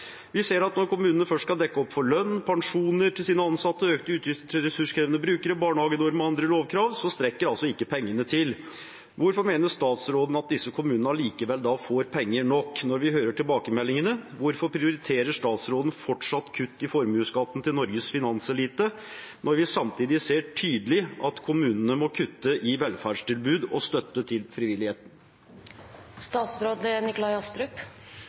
Vi ser at når kommunene først skal dekke opp for lønn, pensjoner til sine ansatte, økte utgifter til ressurskrevende brukere, barnehagenorm og andre lovkrav, strekker ikke pengene til. Hvorfor mener statsråden at disse kommunene allikevel får penger nok, når vi hører tilbakemeldingene? Hvorfor prioriterer statsråden fortsatt kutt i formuesskatten til Norges finanselite når vi samtidig ser tydelig at kommunene må kutte i velferdstilbud og støtte til frivilligheten?